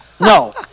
No